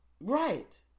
Right